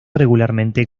regularmente